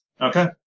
Okay